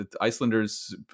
Icelanders